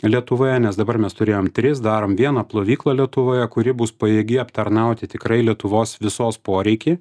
lietuvoje nes dabar mes turėjom tris darom vieną plovyklą lietuvoje kuri bus pajėgi aptarnauti tikrai lietuvos visos poreikį